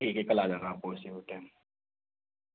ठीक है कल आ जाना कोई से भी टाइम